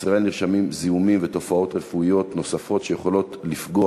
בישראל נרשמים זיהומים ותופעות רפואיות נוספות שיכולים לפגוע